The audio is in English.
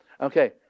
Okay